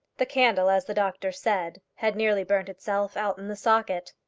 the candle, as the doctor said, had nearly burnt itself out in the socket.